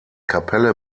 kapelle